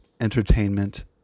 entertainment